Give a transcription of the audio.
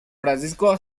francisco